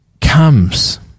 Comes